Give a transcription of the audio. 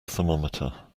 thermometer